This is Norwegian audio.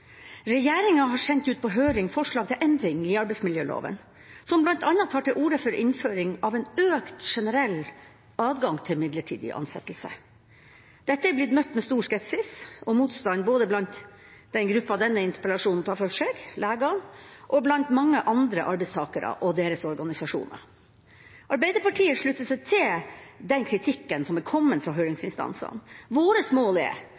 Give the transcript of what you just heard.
Regjeringa har sendt ut på høring forslag til endring i arbeidsmiljøloven som bl.a. tar til orde for innføring av en økt generell adgang til midlertidig ansettelse. Dette er blitt møtt med stor skepsis og motstand både blant den gruppa denne interpellasjonen tar for seg, legene, og blant mange andre arbeidstakere og deres organisasjoner. Arbeiderpartiet slutter seg til den kritikken som er kommet fra høringsinstansene. Vårt mål er